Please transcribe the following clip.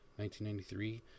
1993